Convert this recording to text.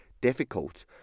difficult